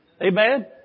Amen